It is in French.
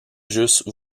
juste